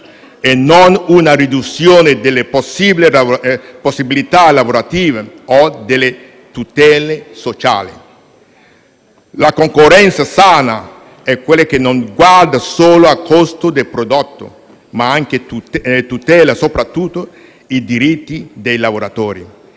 e non una riduzione delle possibilità lavorative o delle tutele sociali. La concorrenza sana è quella che non solo guarda al costo del prodotto, ma che tutela anche e soprattutto i diritti dei lavoratori: